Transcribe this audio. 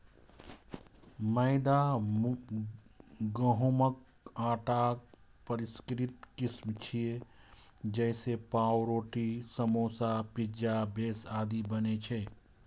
मैदा गहूंमक आटाक परिष्कृत किस्म छियै, जइसे पावरोटी, समोसा, पिज्जा बेस आदि बनै छै